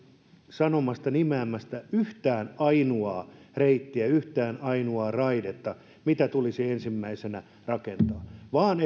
sanomasta nimeämästä yhtään ainoaa reittiä yhtään ainoaa raidetta mitä tulisi ensimmäisenä rakentaa vaan